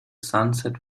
sunset